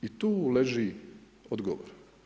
I tu leži odgovor.